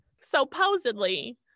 supposedly